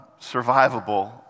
survivable